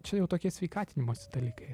čia jau tokie sveikatinimosi dalykai